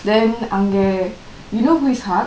then அங்க:angke you know who is haq